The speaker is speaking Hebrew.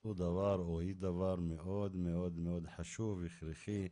היא דבר מאוד מאוד חשוב והכרחי,